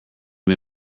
may